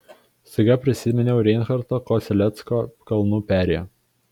staiga prisiminiau reinharto kosellecko kalnų perėją